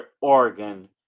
Oregon